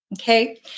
Okay